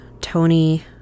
Tony